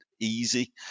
easy